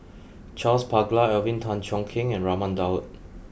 Charles Paglar Alvin Tan Cheong Kheng and Raman Daud